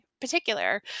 particular